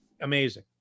amazing